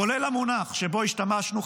כולל המונח שבו השתמשנו,